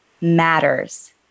Matters